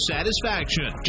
Satisfaction